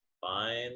fine